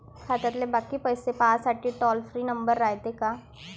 खात्यातले बाकी पैसे पाहासाठी टोल फ्री नंबर रायते का?